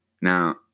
Now